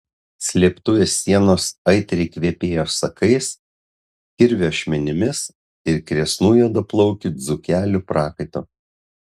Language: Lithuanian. slėptuvės sienos aitriai kvepėjo sakais kirvio ašmenimis ir kresnų juodaplaukių dzūkelių prakaitu